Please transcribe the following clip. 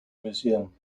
museum